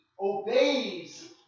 obeys